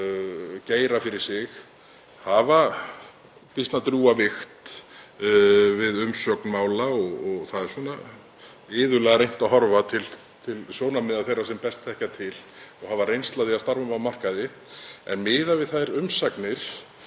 geira fyrir sig hafa býsna drjúga vigt við umsögn mála og það er iðulega reynt að horfa til sjónarmiða þeirra sem best þekkja til og hafa reynslu af því að starfa á markaði. En miðað við þær umsagnir